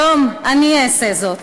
היום אני אעשה זאת.